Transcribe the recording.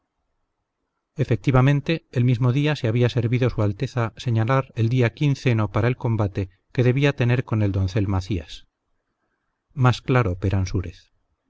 efectivamente el mismo día se había servido su alteza señalar el día quinceno para el combate que debía tener con el doncel macías más claro